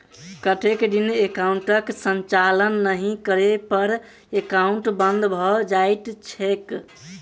कतेक दिन एकाउंटक संचालन नहि करै पर एकाउन्ट बन्द भऽ जाइत छैक?